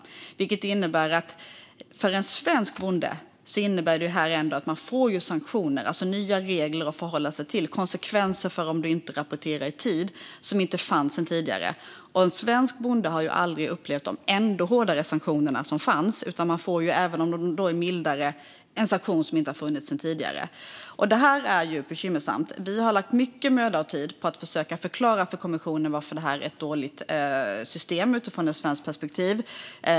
Det innebär alltså att en svensk bonde ändå får sanktioner. Det blir nya regler att förhålla sig till, och om bonden inte rapporterar i tid blir det konsekvenser som inte fanns tidigare. En svensk bonde har ju aldrig upplevt de ännu hårdare sanktioner som fanns, så även om sanktionerna görs mildare beläggs bonden med en sanktion som inte har funnits tidigare. Det här är bekymmersamt. Vi har lagt mycket möda och tid på att försöka förklara för kommissionen varför det här är ett dåligt system utifrån ett svenskt perspektiv.